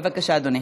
בבקשה, אדוני.